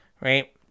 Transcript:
right